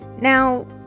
Now